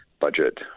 budget